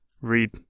read